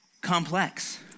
complex